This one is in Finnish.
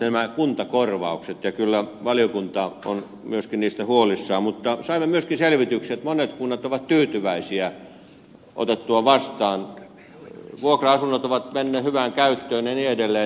kyllä valiokunta on myös niistä huolissaan mutta saimme myös selvityksen että monet kunnat ovat tyytyväisiä otettuaan vastaan vuokra asunnot ovat menneet hyvään käyttöön ja niin edelleen